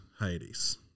Hades